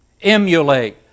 emulate